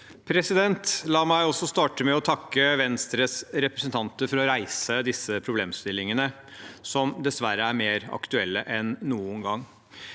La meg også starte med å takke Venstres representanter for å reise disse problemstillingene, som dessverre er mer aktuelle enn noen gang.